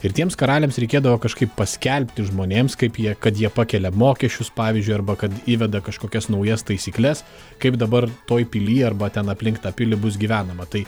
ir tiems karaliams reikėdavo kažkaip paskelbti žmonėms kaip jie kad jie pakelia mokesčius pavyzdžiui arba kad įveda kažkokias naujas taisykles kaip dabar toj pilyj arba ten aplink tą pilį bus gyvenama tai